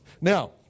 Now